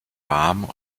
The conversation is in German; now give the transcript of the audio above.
warm